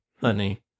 Honey